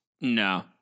no